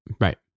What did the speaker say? Right